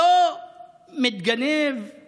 לא מתגנב עם